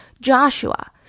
Joshua